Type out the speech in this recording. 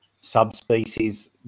subspecies